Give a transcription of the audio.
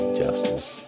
justice